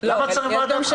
למה צריך ועדת חריגים?